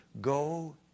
go